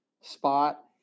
spot